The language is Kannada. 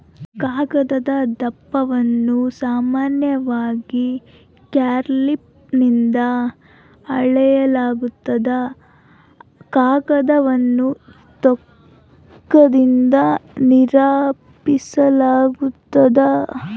ಕಾಗದದ ದಪ್ಪವನ್ನು ಸಾಮಾನ್ಯವಾಗಿ ಕ್ಯಾಲಿಪರ್ನಿಂದ ಅಳೆಯಲಾಗ್ತದ ಕಾಗದವನ್ನು ತೂಕದಿಂದ ನಿರೂಪಿಸಾಲಾಗ್ತದ